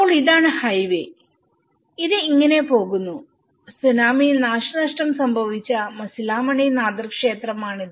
അപ്പോൾ ഇതാണ് ഹൈവേ ഇത് ഇങ്ങനെ പോകുന്നു സുനാമിയിൽ നാശനഷ്ടം സംഭവിച്ച മാസിലാമണി നാദർ ക്ഷേത്രമാണിത്